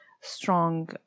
strong